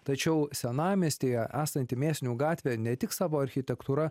tačiau senamiestyje esanti mėsinių gatvė ne tik savo architektūra